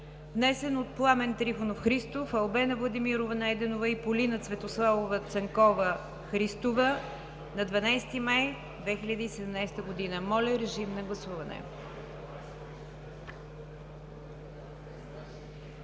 внесен от Пламен Трифонов Христов, Албена Владимирова Найденова и Полина Цветославова Цанкова – Христова на 12 май 2017 г. Гласували